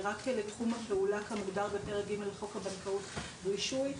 רק לתחום הפעולה כמוגדר בפרק ג' לחוק הבנקאות (רישוי).